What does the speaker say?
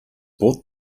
bought